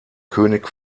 könig